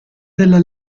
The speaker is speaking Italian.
della